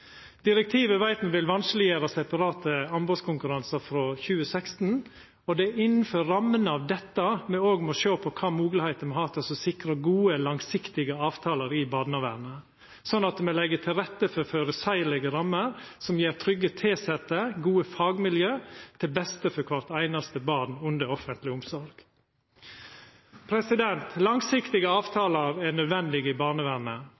Direktivet veit me vil vanskeleggjera separate anbodskonkurransar frå 2016, og det er innanfor rammene av dette me òg må sjå på kva moglegheiter me har for å sikra oss gode, langsiktige avtaler i barnevernet, slik at me legg til rette for føreseielege rammer som gir trygge tilsette og gode fagmiljø til beste for kvart einaste barn under offentleg omsorg. Langsiktige avtalar er nødvendig i barnevernet